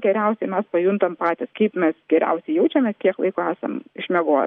geriausiai mes pajuntam patys kaip mes geriausiai jaučiame kiek laiko esam išmiegoję